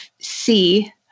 see